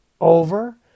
over